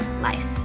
life